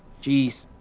jeez,